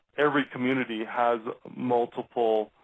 every community has multiple